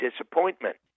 disappointment